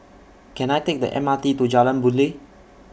Can I Take The M R T to Jalan Boon Lay